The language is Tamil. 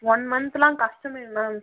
ஒன் மந்த்லாம் கஷ்டமே மேம்